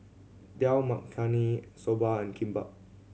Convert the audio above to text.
Dal Makhani Soba and Kimbap